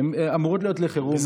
הן אמורות להיות לחירום,